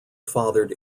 fathered